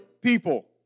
people